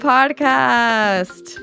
Podcast